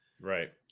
Right